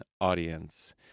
audience